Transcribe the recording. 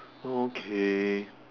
okay